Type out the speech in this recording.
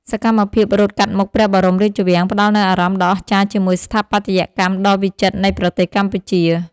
សកម្មភាពរត់កាត់មុខព្រះបរមរាជវាំង ផ្ដល់នូវអារម្មណ៍ដ៏អស្ចារ្យជាមួយស្ថាបត្យកម្មដ៏វិចិត្រនៃប្រទេសកម្ពុជា។